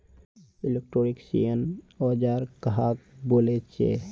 Electrician औजार कहाक बोले छे?